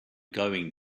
going